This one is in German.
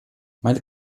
meine